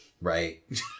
Right